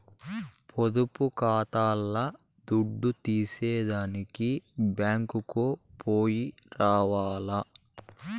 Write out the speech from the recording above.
పొదుపు కాతాల్ల దుడ్డు తీసేదానికి బ్యేంకుకో పొయ్యి రావాల్ల